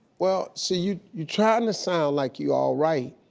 well see you you trying to sound like you alright